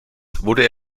wurde